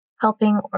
helping